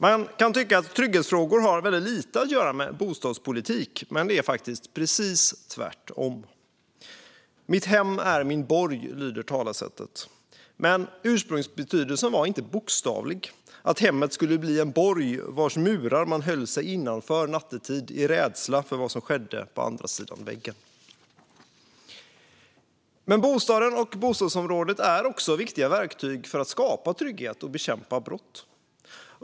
Man kan tycka att trygghetsfrågor har väldigt lite att göra med bostadspolitik, men det är faktiskt precis tvärtom. Mitt hem är min borg, lyder talesättet. Ursprungsbetydelsen var dock inte bokstavlig, att hemmet skulle bli en borg vars murar man höll sig innanför nattetid i rädsla för vad som skedde på andra sidan väggen. Men bostaden och bostadsområdet är också viktiga verktyg för att skapa trygghet och bekämpa brott.